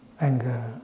anger